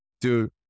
dude